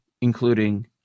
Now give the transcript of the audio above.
including